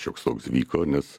šioks toks vyko nes